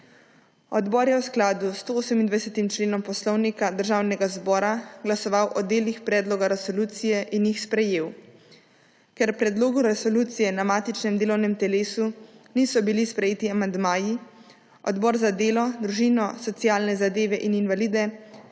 Odbor je v skladu s 128. členom Poslovnika Državnega zbora glasoval o delih predloga resolucije in jih sprejel. Ker k predlogu resolucije na matičnem delovnem telesu niso bili sprejeti amandmaji, Odbor za delo, družino, socialne zadeve in invalide